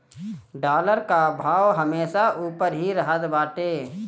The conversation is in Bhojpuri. डॉलर कअ भाव हमेशा उपर ही रहत बाटे